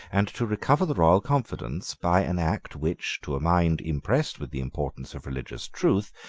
and to recover the royal confidence, by an act which, to a mind impressed with the importance of religious truth,